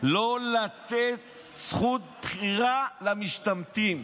"לא לתת זכות בחירה למשתמטים",